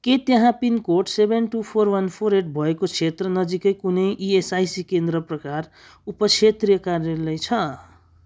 के त्यहाँ pincode seven two four one four eight भएको क्षेत्र नजिकै कुनै इएसआइसी केन्द्र प्रकार उपक्षेत्रीय कार्यालय छ